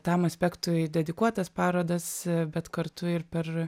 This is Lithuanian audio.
tam aspektui dedikuotas parodas bet kartu ir per